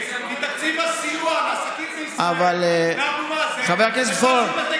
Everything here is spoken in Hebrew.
מתקציב הסיוע לעסקים בישראל לאבו מאזן,